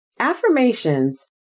Affirmations